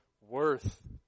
worth